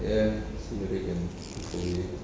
ya see whether can